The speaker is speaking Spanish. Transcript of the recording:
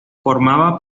formaba